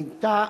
מינתה